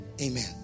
Amen